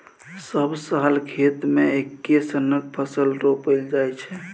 सब साल खेत मे एक्के सनक फसल रोपल जाइ छै